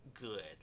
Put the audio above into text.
Good